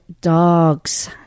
dogs